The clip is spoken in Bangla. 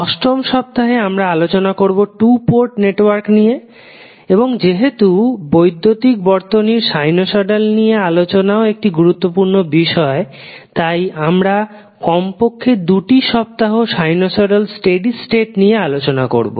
অষ্টম সপ্তাহে আমরা আলোচনা করবো টু পোর্ট নেটওয়ার্ক নিয়ে এবং যেহেতু বৈদ্যুতিক বর্তনীর সাইনোসয়ডাল নিয়ে আলোচনাও একটি গুরুত্বপূর্ণ বিষয় তাই আমরা কমপক্ষে দুটি সপ্তাহ সাইনোসয়ডাল স্টেডি স্টেট নিয়ে আলোচনা করবো